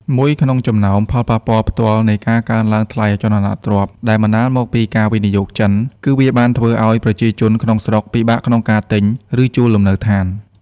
មួយក្នុងចំណោមផលប៉ះពាល់ផ្ទាល់នៃការកើនឡើងថ្លៃអចលនទ្រព្យដែលបណ្តាលមកពីការវិនិយោគចិន គឺវាបានធ្វើឲ្យប្រជាជនក្នុងស្រុកពិបាកក្នុងការទិញ ឬជួលលំនៅឋាន។